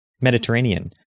Mediterranean